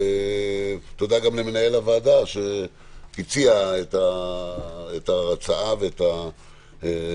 תודה גם למנהל הוועדה שהציע את ההצעה ואת הבקשה,